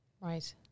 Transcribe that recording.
Right